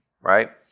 right